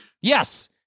Yes